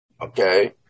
Okay